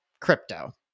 Crypto